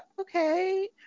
okay